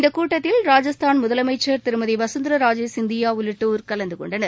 இந்தக் கூட்டத்தில் ராஜஸ்தான் முதலமைச்சர் திருமதி வசுந்துர ராஜே சிந்தியா உள்ளிட்டதோர் கலந்து கொண்டனர்